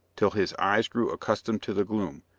till his eyes grew accustomed to the gloom,